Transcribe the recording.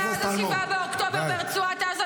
שנלחמו מאז 7 באוקטובר ברצועת עזה,